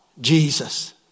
Jesus